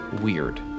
Weird